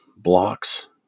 blocks